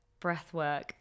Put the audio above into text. Breathwork